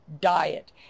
diet